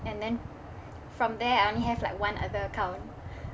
and then from there I only have like one other account